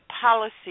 policy